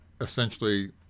essentially